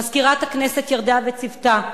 למזכירת הכנסת ירדנה מלר וצוותה,